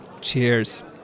Cheers